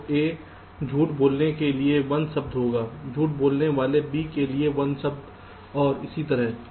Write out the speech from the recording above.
तो A झूठ बोलने के लिए 1 शब्द होगा झूठ बोलने वाले B के लिए 1 शब्द और इसी तरह